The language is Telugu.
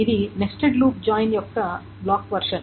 ఇది నెస్టెడ్ లూప్ జాయిన్ యొక్క బ్లాక్ వెర్షన్